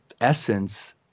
essence